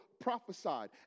prophesied